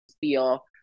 feel